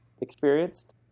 experienced